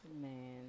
Man